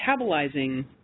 metabolizing